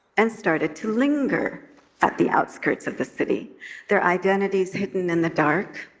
and started to linger at the outskirts of the city their identities hidden in the dark,